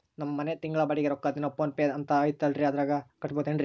ನಮ್ಮ ಮನೆಯ ತಿಂಗಳ ಬಾಡಿಗೆ ರೊಕ್ಕ ಅದೇನೋ ಪೋನ್ ಪೇ ಅಂತಾ ಐತಲ್ರೇ ಅದರಾಗ ಕಟ್ಟಬಹುದೇನ್ರಿ?